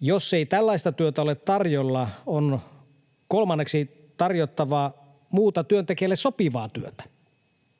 Jos tällaista työtä ei ole tarjolla, on kolmanneksi tarjottava muuta työntekijälle sopivaa työtä.